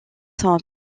sont